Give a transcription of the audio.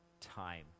time